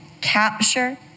capture